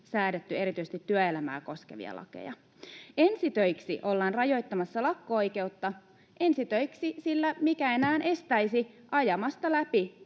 säädetty erityisesti työelämää koskevia lakeja. Ensi töiksi ollaan rajoittamassa lakko-oikeutta — ensi töiksi, sillä mikä enää estäisi ajamasta läpi